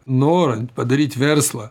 norint padaryt verslą